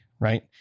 right